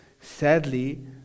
Sadly